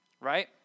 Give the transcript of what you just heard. Right